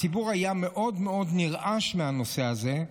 הציבור היה מאוד מאוד נרעש מהנושא הזה,